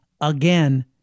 again